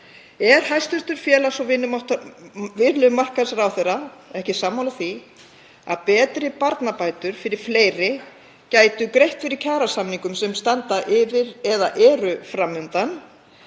Er hæstv. félags- og vinnumarkaðsráðherra ekki sammála því að betri barnabætur fyrir fleiri gætu greitt fyrir kjarasamningum sem standa yfir eða eru fram undan?